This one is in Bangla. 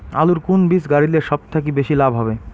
আলুর কুন বীজ গারিলে সব থাকি বেশি লাভ হবে?